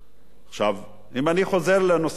אם אני חוזר לנושא ראש הממשלה,